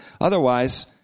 Otherwise